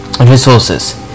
resources